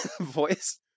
voice